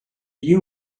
you